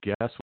guess